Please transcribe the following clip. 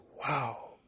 wow